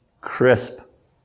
crisp